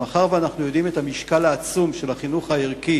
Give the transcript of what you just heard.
ומאחר שאנחנו יודעים את המשקל העצום של החינוך הערכי,